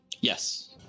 Yes